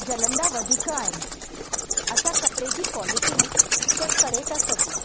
झलंदा वधीक आहिनि असां कपिड़े जी क्वालिटी चेक करे था सघूं